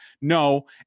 No